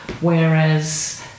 whereas